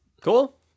Cool